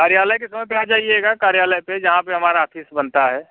कार्यालय के समय पर आ जाइएगा कार्यालय पर जहाँ पर हमारा ऑफिस बनता है